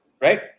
right